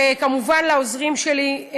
וכמובן לעוזרים שלי,